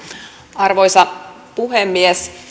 arvoisa puhemies